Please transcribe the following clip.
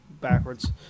Backwards